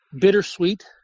bittersweet